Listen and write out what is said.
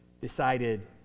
decided